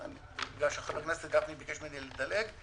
בגלל שחבר הכנסת גפני ביקש ממני לדלג,